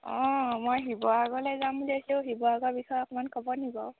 অঁ মই শিৱসাগৰলৈ যাম বুলি ভাবিছোঁ শিৱসাগৰৰ বিষয়ে অকণমান ক'বনে বাৰু